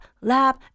lab